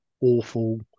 awful